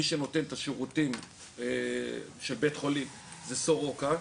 מי שנותן את השירותים של בית חולים זה סורוקה,